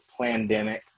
plandemic